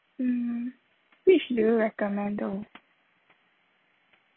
mm which do you recommend though